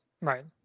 Right